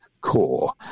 core